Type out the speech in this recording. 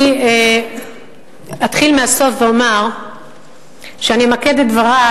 אני אתחיל מהסוף ואומר שאמקד את דברי